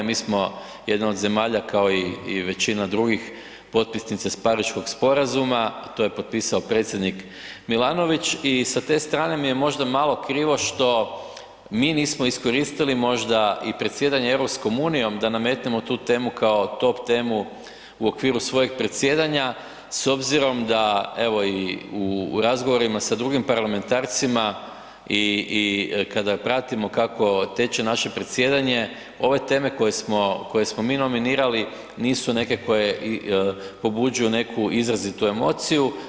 Mi smo jedna od zemalja kao i, i većina drugih potpisnica iz Pariškog sporazuma, to je potpisao predsjednik Milanović i sa te strane mi je možda malo krivo što mi nismo iskoristili možda i predsjedanje EU da nametnemo tu temu kao top temu u okviru svojeg predsjedanja s obzirom da evo i u razgovorima sa drugim parlamentarcima i, i kada pratimo kako teče naše predsjedanje, ove teme koje smo, koje smo mi nominirali nisu neke koje pobuđuju neku izrazitu emociju.